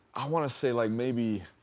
i wanna say like maybe,